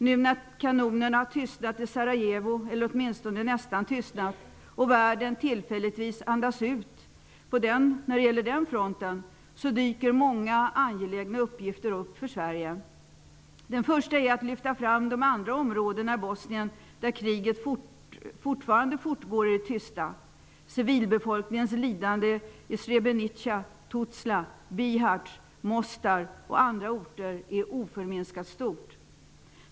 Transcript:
När nu kanonerna nästan har tystnat i Sarajevo och världen tillfälligtvis andas ut när det gäller den fronten, dyker många angelägna uppgifter upp för Sverige. Den första uppgiften är att lyfta fram de andra områdena i Bosnien där kriget fortgår i det tysta. Civilbefolkningens lidande i Srebrenica, Tuzla, Bihac, Mostar och andra orter är oförminskat stort.